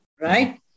right